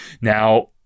Now